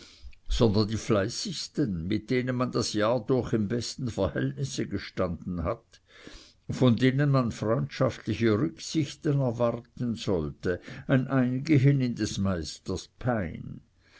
sondern die fleißigsten mit denen man das jahr durch im besten verhältnisse gestanden hat von denen man freundschaftliche rücksichten erwarten sollte ein eingehen in des meisters pein